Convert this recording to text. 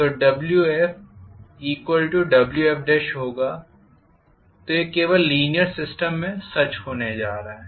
तो WfWf होगा तो यह केवल लीनीयर सिस्टम में सच होने जा रहा है